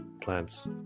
plants